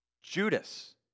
Judas